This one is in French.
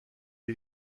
est